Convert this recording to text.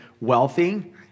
wealthy